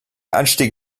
anstieg